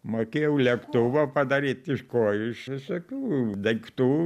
mokėjau lėktuvą padaryt iš ko iš visokių daiktų